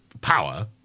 power